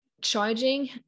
charging